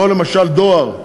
או למשל דואר,